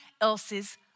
else's